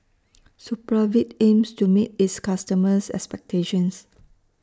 Supravit aims to meet its customers' expectations